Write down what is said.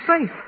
safe